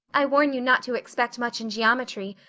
i warn you not to expect much in geometry,